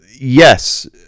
Yes